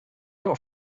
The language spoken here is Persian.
نوع